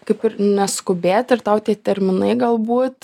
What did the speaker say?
kaip ir neskubėti ir tau tie terminai galbūt